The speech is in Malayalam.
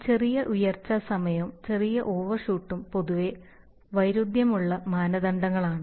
ഒരു ചെറിയ ഉയർച്ച സമയവും ചെറിയ ഓവർഷൂട്ടും പൊതുവെ വൈരുദ്ധ്യമുള്ള മാനദണ്ഡങ്ങളാണ്